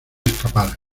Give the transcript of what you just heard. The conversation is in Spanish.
escapar